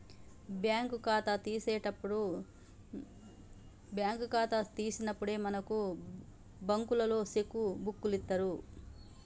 bank ఖాతా తీసినప్పుడే మనకు బంకులోల్లు సెక్కు బుక్కులిత్తరు